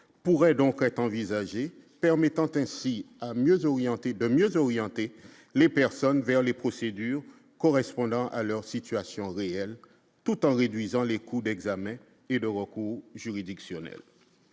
pourraient donc être envisagées, permettant ainsi à mieux orienter de mieux orienter les personnes vers les procédures correspondant à leur situation réelle tout en réduisant les coûts d'examens et le recours juridictionnel,